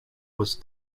was